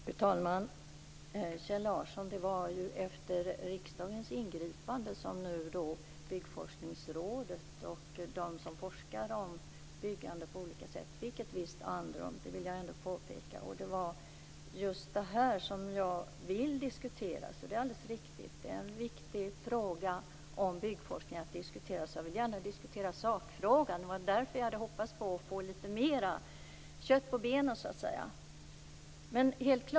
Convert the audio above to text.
Fru talman! Det var efter riksdagens ingripande som Byggforskningsrådet och de som forskar om byggande fick ett visst andrum. Det är alldeles riktigt att det är just denna fråga jag vill diskutera - en viktig fråga om byggforskning. Jag vill gärna diskutera sakfrågan. Det var därför jag hade hoppats på att få lite mer kött på benen.